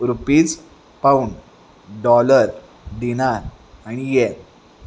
rupees pound dollar dinar आणि येन